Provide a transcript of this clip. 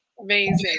Amazing